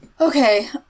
Okay